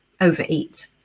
overeat